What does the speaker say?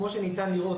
כמו שניתן לראות,